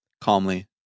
calmly